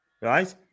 right